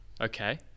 Okay